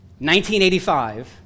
1985